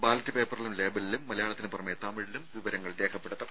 ballot പേപ്പറിലും ലേബലിലും മലയാളത്തിന് പുറമെ തമിഴിലും വിവരങ്ങൾ രേഖപ്പെടുത്തും